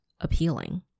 appealing